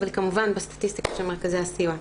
אבל היא כמובן בסטטיסטיקה של מרכזי הסיוע.